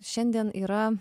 šiandien yra